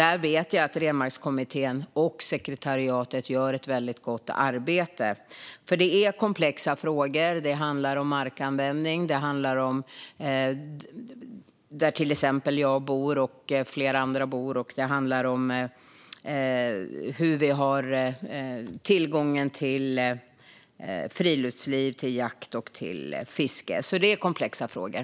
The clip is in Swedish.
Där vet jag att Renmarkskommittén och sekretariatet gör ett väldigt gott arbete. Det är komplexa frågor. Det handlar om markanvändning, till exempel där jag bor och där flera andra bor, och det handlar om tillgången till friluftsliv, jakt och fiske. Det är alltså komplexa frågor.